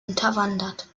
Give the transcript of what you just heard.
unterwandert